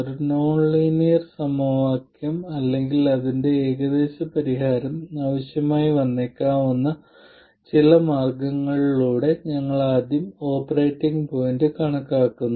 ഒരു non linear സമവാക്യം അല്ലെങ്കിൽ അതിന്റെ ചില ഏകദേശ പരിഹാരം ആവശ്യമായി വന്നേക്കാവുന്ന ചില മാർഗ്ഗങ്ങളിലൂടെ ഞങ്ങൾ ആദ്യം ഓപ്പറേറ്റിംഗ് പോയിന്റ് കണക്കാക്കുന്നു